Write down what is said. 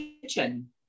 kitchen